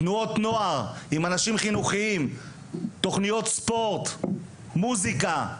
תנועות נוער עם אנשים חינוכיים; תכניות ספורט; מוזיקה.